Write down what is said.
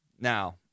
Now